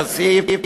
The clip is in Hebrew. כסיף,